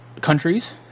countries